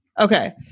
Okay